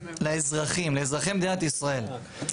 לאזרחים, לאזרחי מדינת ישראל.